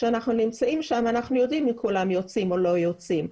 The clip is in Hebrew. כשאנחנו נמצאים שם אנחנו יודעים אם כולם יוצאים או לא יוצאים.